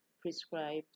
prescribed